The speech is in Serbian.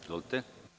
Izvolite.